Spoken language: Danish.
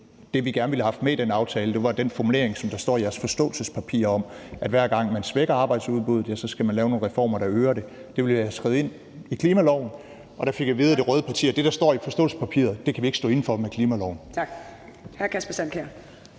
Det, vi gerne ville have haft med i den aftale, var den formulering, der står i jeres forståelsespapir, om, at hver gang man svækker arbejdsudbuddet, skal man lave nogle reformer, der øger det. Det ville jeg have skrevet ind i klimaloven, og der fik jeg at vide af de røde partier, at det, der står i forståelsespapiret, kan man ikke stå inde for i forhold til klimaloven. Kl. 17:59 Fjerde